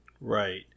Right